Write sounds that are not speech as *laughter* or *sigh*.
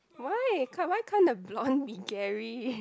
why can't why can't a blond be Gary *laughs*